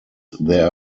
there